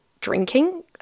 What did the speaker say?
drinking